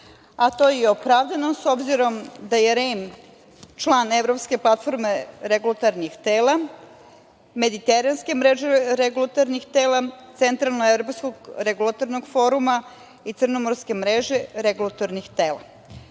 a to je i opravdano s obzirom da je REM član Evropske platforme regulatornih tela, Mediteranske mreže regulatornih tela, Centralno evropskog regulatornog foruma i Crnomorske mreže regulatornih tela.